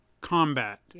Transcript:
combat